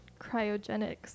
cryogenics